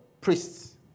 priests